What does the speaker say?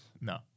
No